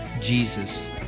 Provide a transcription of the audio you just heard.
Jesus